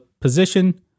position